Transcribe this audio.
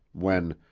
when,